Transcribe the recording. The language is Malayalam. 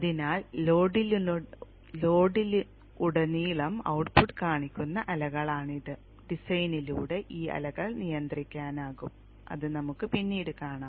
അതിനാൽ ലോഡിലുടനീളം ഔട്ട്പുട്ട് കാണുന്ന അലകൾ ആണിത് ഡിസൈനിലൂടെ ഈ അലകൾ നിയന്ത്രിക്കാനാകും അത് നമുക്ക് പിന്നീട് കാണാം